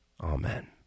Amen